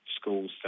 schools